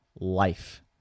life